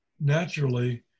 naturally